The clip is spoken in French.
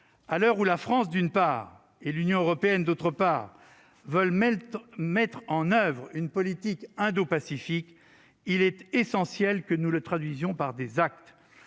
À l'heure où la France comme l'Union européenne entendent mettre en oeuvre une politique indo-pacifique, il est essentiel que nous le traduisions par des actes.